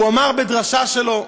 הוא אמר בדרשה שלו: